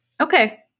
Okay